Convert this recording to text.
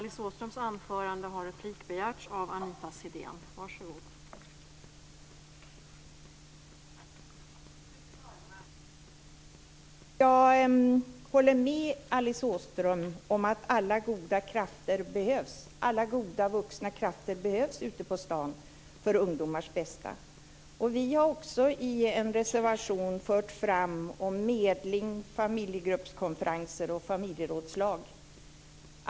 Fru talman! Jag håller med Alice Åström om att alla goda vuxna krafter behövs ute på stan för ungdomars bästa. Vi har också i en reservation fört fram medling, familjegruppskonferenser och familjerådslag.